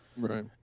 Right